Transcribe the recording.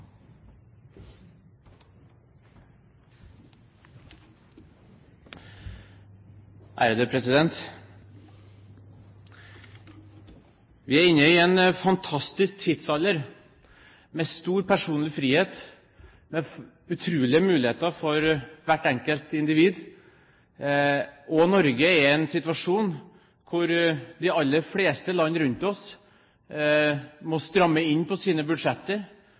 inne i en fantastisk tidsalder med stor personlig frihet, med utrolige muligheter for hvert enkelt individ. Mens de aller fleste land rundt oss må stramme inn på sine budsjetter